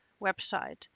website